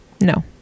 No